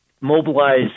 mobilize